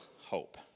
hope